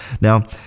Now